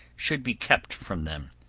should be kept from them.